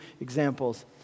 examples